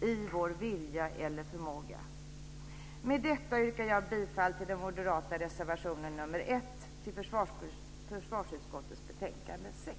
i vår vilja eller förmåga. Med detta yrkar jag bifall till den moderata reservationen nr 1 i försvarsutskottets betänkande 6.